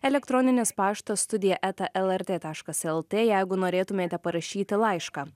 elektroninis paštas studija eta lrt taškas lt jeigu norėtumėte parašyti laišką